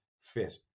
fit